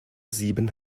sieben